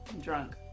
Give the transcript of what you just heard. drunk